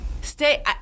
Stay